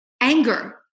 Anger